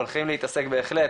הולכים להתעסק בהחלט